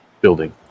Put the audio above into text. building